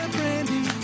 Brandy